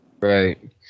right